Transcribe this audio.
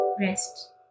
rest